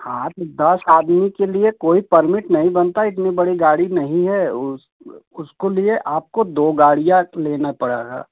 हाँ तो दस आदमी के लिए कोई परमिट नहीं बनता इतनी बड़ी गाड़ी नहीं है उस उसके लिए आपको दो गाड़ियाँ लेना पड़ेगा